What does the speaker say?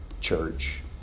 church